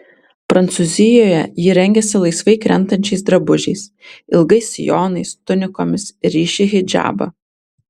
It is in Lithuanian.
prancūzijoje ji rengiasi laisvai krentančiais drabužiais ilgais sijonais tunikomis ryši hidžabą